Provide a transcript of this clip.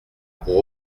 pour